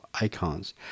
icons